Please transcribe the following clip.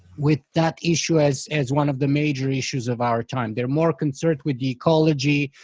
with that issue as as one of the major issues of our time. they're more concerned with ecology,